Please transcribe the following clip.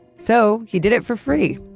so he did it for free.